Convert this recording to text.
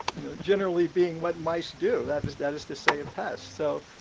you know generally being what mice do, that is that is to say, a pest. so,